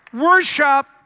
Worship